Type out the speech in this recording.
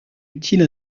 utile